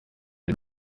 del